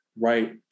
right